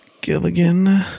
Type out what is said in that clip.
Gilligan